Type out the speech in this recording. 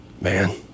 Man